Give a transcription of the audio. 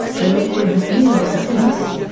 will it bring us nearer to peace?